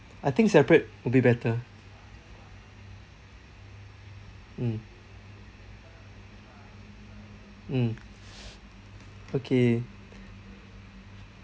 I think separate would be better mm mm okay